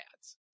ads